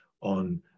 on